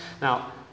Now